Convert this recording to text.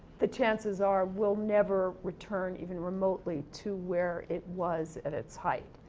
the chances are we'll never return, even remotely, to where it was at its height.